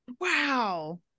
Wow